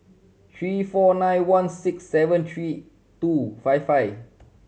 three four nine one six seven three two five five